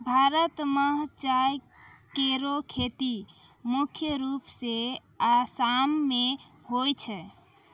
भारत म चाय केरो खेती मुख्य रूप सें आसाम मे होय छै